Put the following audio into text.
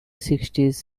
sixties